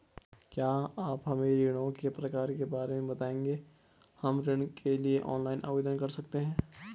क्या आप हमें ऋणों के प्रकार के बारे में बताएँगे हम ऋण के लिए ऑनलाइन आवेदन कर सकते हैं?